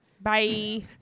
Bye